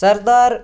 سردار